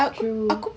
true